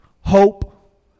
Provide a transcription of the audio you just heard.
Hope